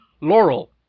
Laurel